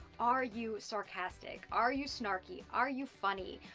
are you sarcastic? are you snarky? are you funny?